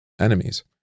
enemies